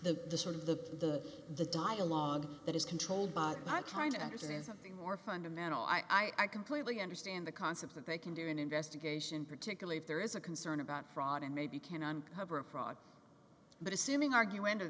is the sort of the the dialogue that is controlled by trying to understand something more fundamental i i completely understand the concept that they can do an investigation particularly if there is a concern about fraud and maybe can uncover a fraud but assuming argue en